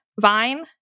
vine